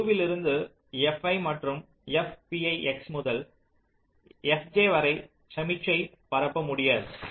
u இலிருந்து fi மற்றும் fi pi x முதல் fj வரை சமிக்ஞை பரப்ப முடியாது